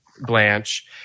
Blanche